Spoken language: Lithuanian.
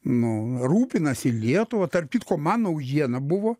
nu rūpinasi lietuva tarp kitko man naujiena buvo